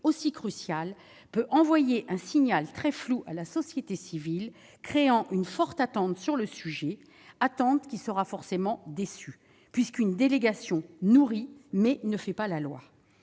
aussi crucial peut envoyer un signal très flou à la société civile, créant une forte attente sur le sujet ; attente qui sera forcément déçue, puisqu'une délégation nourrit, mais ne fait pas la loi